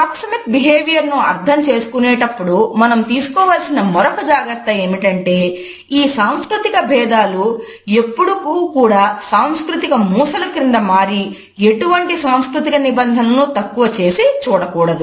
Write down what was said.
proxemic బిహేవియర్ను అర్థం చేసుకునేటప్పుడు మనం తీసుకోవలసిన మరొక జాగ్రత్త ఏమిటంటే ఈ సాంస్కృతిక భేదాలు ఎప్పుడు కూడా సాంస్కృతిక మూసలు క్రింద మారి ఎటువంటి సాంస్కృతిక నిబంధనలను తక్కువ చేసి చూడకూడదు